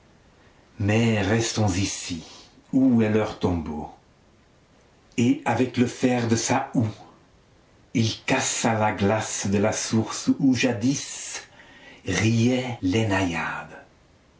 mais restons ici où est leur tombeau et avec le fer de sa houe il cassa la glace de la source où jadis riaient les naïades